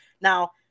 Now